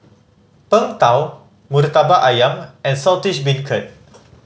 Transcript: Png Tao Murtabak Ayam and Saltish Beancurd